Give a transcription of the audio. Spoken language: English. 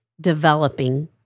developing